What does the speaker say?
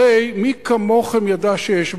הרי מי כמוכם יודע שיש בעיה,